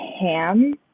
Ham